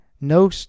No